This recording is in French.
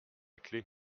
clef